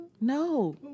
No